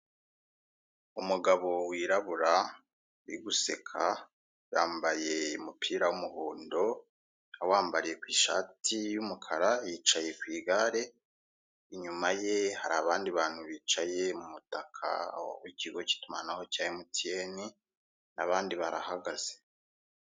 Umugabo wirabura uri guseka yambaye umupira w'umuhundo, awambariye ku ishati y'umukara yicaye ku gare, inyuma ye hari abandi bantu bicaye mu mutaka w'ikigo k'itumanaho cya emutiyeni, abandi barahagaze.